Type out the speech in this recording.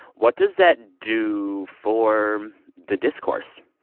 what does that do for the discourse?